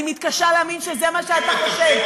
אני מתקשה להאמין שזה מה שאתה חושב.